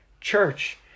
church